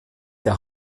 der